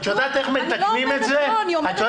את יודעת איך מתקנים את זה?